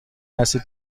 هستید